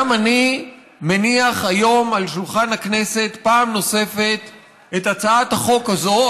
גם אני מניח היום על שולחן הכנסת פעם נוספת את הצעת החוק הזו,